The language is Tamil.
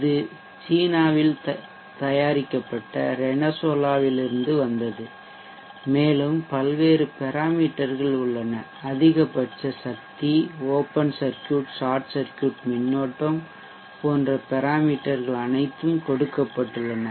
இது சீனாவில் தயாரிக்கப்பட்ட ரெனெசோலாவிலிருந்து வந்தது மேலும் பல்வேறு பெராமீட்டர்கள் உள்ளன அதிகபட்ச சக்திஓப்பன் சர்க்யூட் ஷார்ட் சர்க்யூட் மின்னோட்டம் போன்ற பெராமீட்டர்கள் அனைத்தும் கொடுக்கப்பட்டுள்ளளது